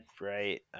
right